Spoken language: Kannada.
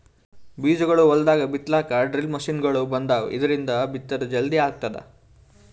ಬೀಜಾಗೋಳ್ ಹೊಲ್ದಾಗ್ ಬಿತ್ತಲಾಕ್ ಡ್ರಿಲ್ ಮಷಿನ್ಗೊಳ್ ಬಂದಾವ್, ಇದ್ರಿಂದ್ ಬಿತ್ತದ್ ಜಲ್ದಿ ಆಗ್ತದ